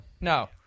No